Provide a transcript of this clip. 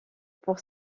pour